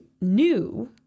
new